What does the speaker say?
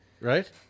Right